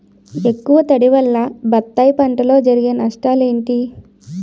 ఎక్కువ తడి వల్ల బత్తాయి పంటలో జరిగే నష్టాలేంటి?